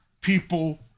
people